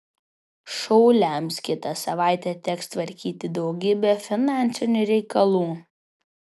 šauliams kitą savaitę teks tvarkyti daugybę finansinių reikalų